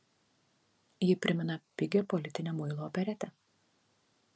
ji primena pigią politinę muilo operetę